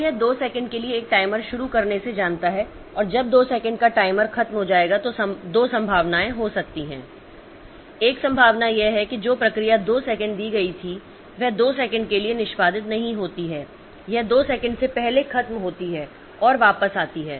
तो यह 2 सेकंड के लिए एक टाइमर शुरू करने से जानता है और जब 2 सेकंड का टाइमर खत्म हो जाएगा तो 2 संभावनाएं हो सकती हैं 2 संभावनाएं हैं एक संभावना यह है कि जो प्रक्रिया 2 सेकंड दी गई थी वह 2 सेकंड के लिए निष्पादित नहीं होती है यह 2 सेकंड से पहले खत्म होती है और वापस आती है